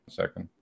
second